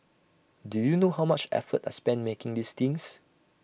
do you know how much effort I spent making these things